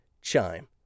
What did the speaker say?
Chime